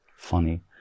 Funny